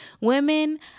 Women